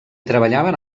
treballaven